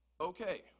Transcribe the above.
Okay